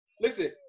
Listen